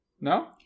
No